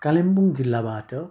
कालिम्पोङ जिल्लाबाट